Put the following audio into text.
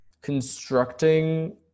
constructing